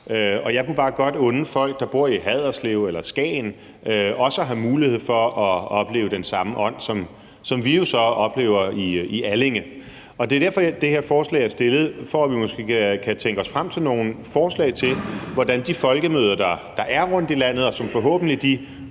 Jeg kunne bare godt unde folk, der bor i Haderslev eller Skagen, også at have mulighed for at opleve den samme ånd, som vi oplever i Allinge. Det er derfor, det her forslag er fremsat – for at vi måske kan tænke os frem til nogle forslag til, hvordan de folkemøder, der er rundt i landet, og som forhåbentlig vil